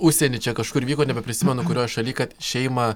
užsieny čia kažkur vyko nebeprisimenu kurioj šaly kad šeimą